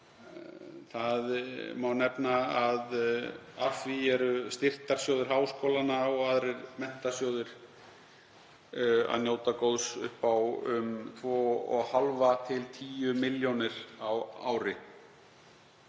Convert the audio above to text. Það má nefna að af því eru styrktarsjóður háskólanna og aðrir menntasjóðir að njóta góðs upp á um 2,5–10 millj. kr. á ári.